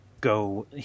go